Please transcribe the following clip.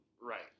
Right